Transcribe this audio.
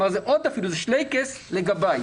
כלומר זה עוד שלייקעס לגביי,